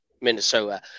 Minnesota